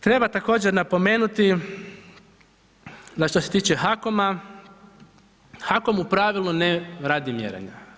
Treba također napomenuti da što se tiče HAKOM-a, HAKOM u pravilu ne radi mjerenja.